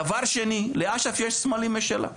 דבר שני, לאש"ף יש סמלים משלה.